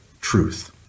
truth